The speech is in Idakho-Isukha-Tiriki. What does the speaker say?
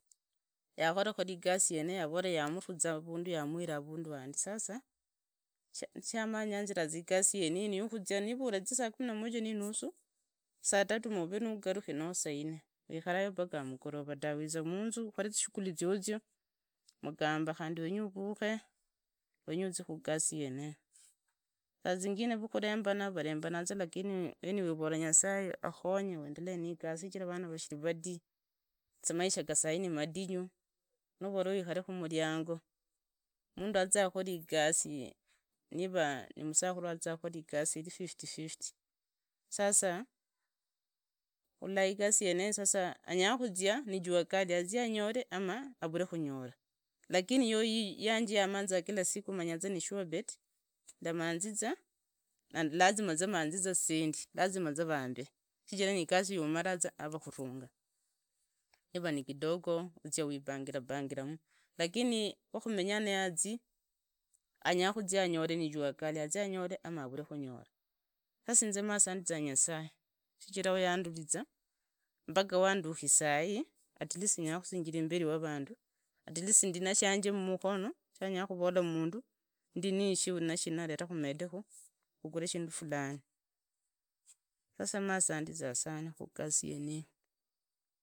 Ya khorakhora igasi yeneyo avoro ya muriza avundu ya mwira avundu bandi sasa sha ma nyanziraza igasi yeneyi ni yu khuzia, niva urazia saa tatu uvava ni ugarukhi nee saa ine uikharayo mpaka amugorovo dawe uiza munzu ukhore zi shuguli zyozyo mugamba khandi wenye uvukhe wenye uzie khugasi yeneyo. Saa zingine vukhurembana varembatsa but any away uvoraza vashiri vadi sia maisha ga sahi ni mandinyu ni uvora uikhare khu muringo mundu aziza khora igasi niva ni musakhuru azira khora igasi iri foft fift sasa igasi yeneyi ni jua kali anyara khuzia azi anyore ama avure khunyora lakini yanje ya manzia kila siku manyoza ni sure bet ndaa ma nzi zaa lazima zaa maa nzii sendi lazima zo vaambe shijira ni igasi yi umaratsa avakhurunga. Khuviva za uri khumuringo uvura shindu shyosi na mundu arwaranga ula. Sasa igasi yeneyi yakhanyi sana, sana sana yakhunikhira ziaibu, sijui ndari mbeenzena dawe vujira igasi iyi khari mundu yo naambola igasi iyi ya khonya. Khori yavora yu musominyira vama.